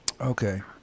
Okay